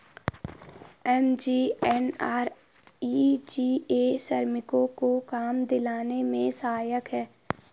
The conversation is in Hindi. एम.जी.एन.आर.ई.जी.ए श्रमिकों को काम दिलाने में सहायक है